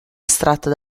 estratta